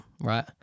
right